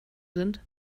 sind